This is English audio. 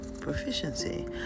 proficiency